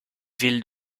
villes